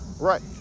Right